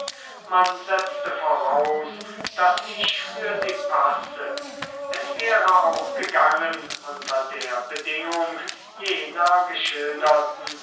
man setzte voraus daß ich für sie passe es wäre auch gegangen unter der bedingung jener geschilderten